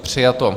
Přijato.